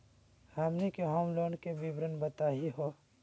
हमनी के home loan के विवरण बताही हो?